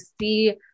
see